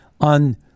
on